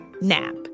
NAP